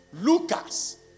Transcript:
Lucas